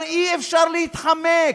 אבל אי-אפשר להתחמק,